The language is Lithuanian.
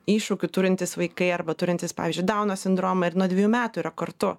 iššūkių turintys vaikai arba turintys pavyzdžiui dauno sindromą ir nuo dviejų metų yra kartu